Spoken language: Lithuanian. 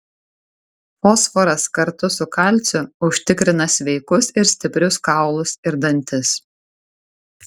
fosforas kartu su kalciu užtikrina sveikus ir stiprius kaulus ir dantis